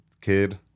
kid